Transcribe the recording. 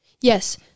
Yes